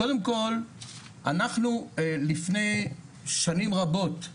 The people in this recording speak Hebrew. קודם כל אנחנו לפני שנים רבות,